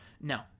No